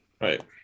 Right